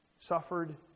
suffered